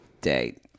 date